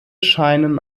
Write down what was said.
scheinen